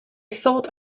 thought